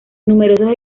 numerosos